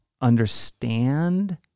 understand